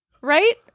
Right